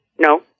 No